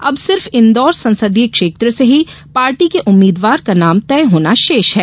अब सिर्फ इंदौर संसदीय क्षेत्र से ही पार्टी के उम्मीदवार का नाम तय होना शेष है